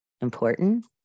important